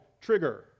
trigger